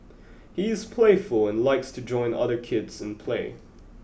he is playful and likes to join other kids in play